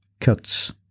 cuts